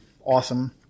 awesome